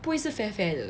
不会是 fair fair 的